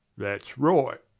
that's right.